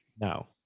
No